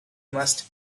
must